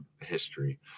history